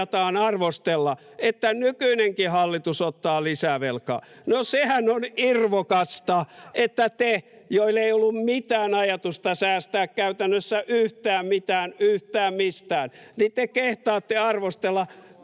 arvostella, että nykyinenkin hallitus ottaa lisää velkaa. No sehän on irvokasta, että te, joilla ei ollut mitään ajatusta säästää käytännössä yhtään mitään yhtään mistään, [Vasemmalta: Uskomaton